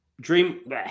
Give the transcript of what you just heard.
Dream